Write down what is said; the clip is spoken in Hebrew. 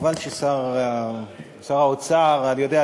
חבל ששר האוצר אני יודע,